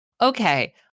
okay